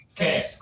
okay